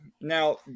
Now